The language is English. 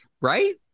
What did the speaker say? Right